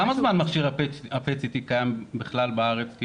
כמה זמן מכשיר ה- PET-CTקיים בכלל בארץ?